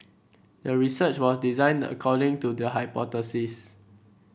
the research was designed according to the hypothesis